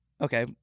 Okay